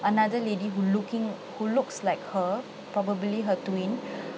another lady who looking who looks like her probably her twin